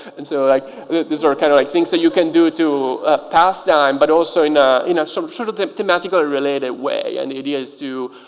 and so like these are kind of like things that you can do to pass time. but also in a you know sort sort of thematically related way. and it is to